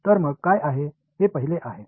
तर मग काय आहे हे पहिले आहे